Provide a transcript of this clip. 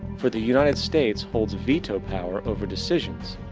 for the united states holds veto-power over decisions,